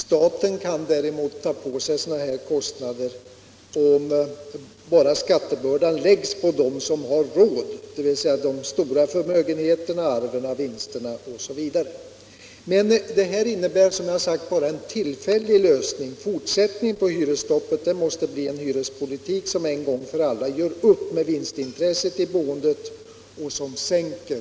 Staten kan däremot ta på sig sådana här kostnader, bara skattebördan läggs på dem som har råd, dvs. att skatten tas ut på de stora förmögenheterna, arven, vinsterna OSV. Men hyresstoppet innebär, som jag sagt, bara en tillfällig lösning. Fortsättningen måste bli en hyrespolitik som en gång för alla gör upp med vinstintresset i boendet och sänker